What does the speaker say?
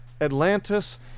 Atlantis